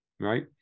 right